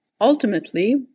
Ultimately